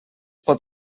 pot